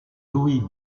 louis